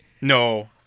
No